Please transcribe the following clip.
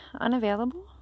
unavailable